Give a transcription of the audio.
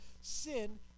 Sin